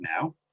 now